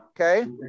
Okay